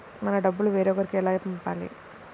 మన డబ్బులు వేరొకరికి ఎలా పంపాలి?